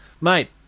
Mate